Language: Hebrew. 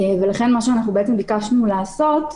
ולכן מה שביקשנו לעשות,